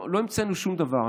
לא המצאנו שום דבר,